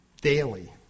Daily